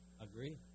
agree